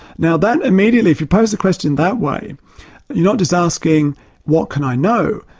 now that immediately, if you pose the question that way, you're not just asking what can i know?